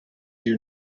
you